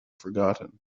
forgotten